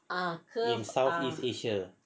in southeast asia